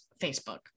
Facebook